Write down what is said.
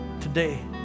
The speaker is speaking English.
today